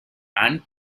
and